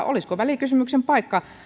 olisiko välikysymyksen paikka